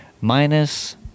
minus